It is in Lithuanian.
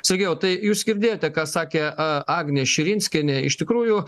sergėjau tai jūs girdėjote ką sakė a agnė širinskienė iš tikrųjų